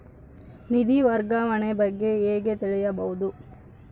ನಿಧಿ ವರ್ಗಾವಣೆ ಬಗ್ಗೆ ಹೇಗೆ ತಿಳಿಯುವುದು?